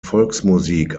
volksmusik